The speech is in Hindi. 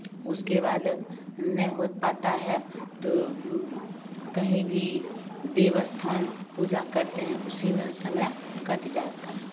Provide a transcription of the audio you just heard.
उसके बाद नहीं हो पाता है तो कहीं भी देव स्थान पूजा करते हैं उसी में समय कट जाता है